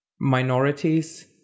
minorities